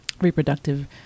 reproductive